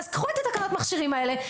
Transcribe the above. אז קחו את תקנות המכשירים האלה,